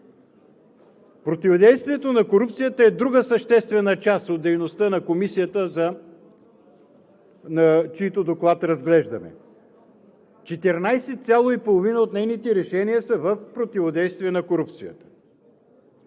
Противодействието на корупцията е друга съществена част от дейността на Комисията, чийто Доклад разглеждаме. Четиринадесет цяло и половина от нейните решения са в противодействие на корупцията.